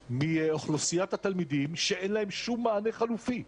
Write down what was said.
מאוכלוסיית התלמידים שאין להם שום מענה חלופי,